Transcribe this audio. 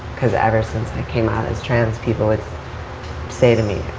cause ever since i came out as trans people would say to me,